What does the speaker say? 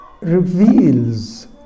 reveals